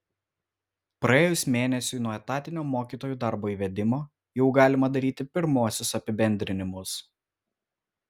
praėjus mėnesiui nuo etatinio mokytojų darbo įvedimo jau galima daryti pirmuosius apibendrinimus